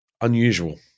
unusual